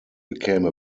became